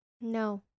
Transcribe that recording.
no